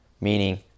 meaning